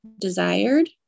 desired